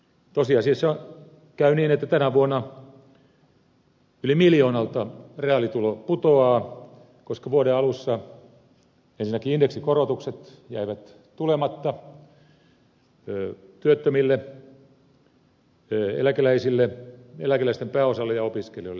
tosiasiassa käy niin että tänä vuonna yli miljoonalta reaalitulo putoaa koska vuoden alussa ensinnäkin indeksikorotukset jäivät tulematta työttömille eläkeläisten pääosalle ja opiskelijoille